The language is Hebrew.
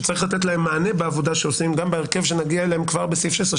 שצריך לתת להן מענה בעבודה שעושים גם בהרכב שנגיע אליו כבר בסעיף 16,